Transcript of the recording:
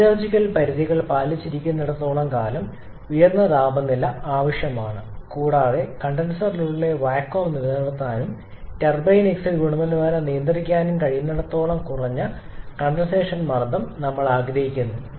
metallurgical പരിധികൾ പാലിച്ചിരിക്കുന്നിടത്തോളം കാലം ഉയർന്ന താപനില ആവശ്യമാണ് കൂടാതെ കണ്ടൻസറിനുള്ളിലെ വാക്വം നിലനിർത്താനും ടർബൈൻ എക്സിറ്റ് ഗുണനിലവാരം നിയന്ത്രിക്കാനും കഴിയുന്നിടത്തോളം കുറഞ്ഞ കണ്ടൻസേഷൻ മർദ്ദം നമ്മൾ ആഗ്രഹിക്കുന്നു